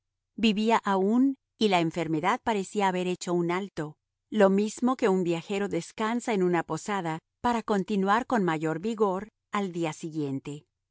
vivía aún y la enfermedad parecía haber hecho un alto lo mismo que un viajero descansa en una posada para continuar con mayor vigor al día siguiente